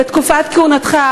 בתקופת כהונתך,